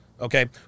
okay